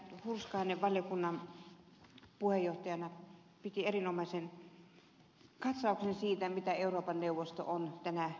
hurskainen valtuuskunnan puheenjohtajana piti erinomaisen katsauksen siitä mitä euroopan neuvosto on tänä kertomusvuonna saanut aikaan